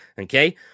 okay